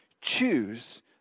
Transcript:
choose